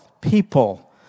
people